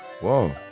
Whoa